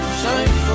shine